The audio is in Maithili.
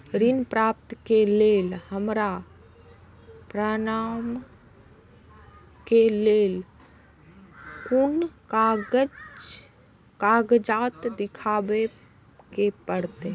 ऋण प्राप्त के लेल हमरा प्रमाण के लेल कुन कागजात दिखाबे के परते?